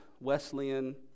Wesleyan